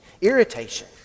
irritation